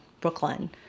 Brooklyn